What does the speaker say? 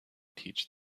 teach